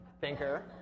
thinker